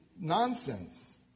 nonsense